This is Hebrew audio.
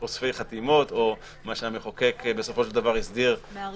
אוספי חתימות או מה שהמחוקק בסופו של דבר הסדיר -- מארגנים.